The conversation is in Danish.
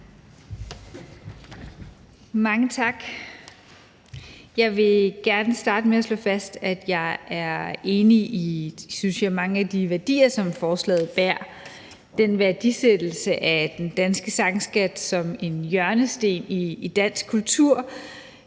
Mange tak. Jeg vil gerne starte med at slå fast, at jeg, synes jeg, er enig i mange af de værdier, som forslaget bærer – den værdiansættelse af den danske sangskat som en hjørnesten i dansk kultur.